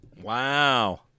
Wow